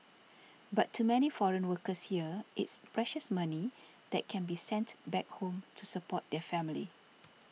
but to many foreign workers here it's precious money that can be sent back home to support their family